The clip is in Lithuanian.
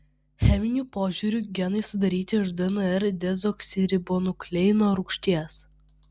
cheminiu požiūriu genai sudaryti iš dnr dezoksiribonukleino rūgšties